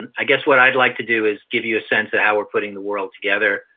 i guess what i'd like to do is give you a sense of how we're putting the world together,